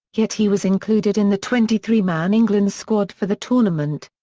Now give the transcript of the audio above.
yet he was included in the twenty three man england squad for the tournament.